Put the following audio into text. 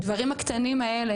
הדברים האלה,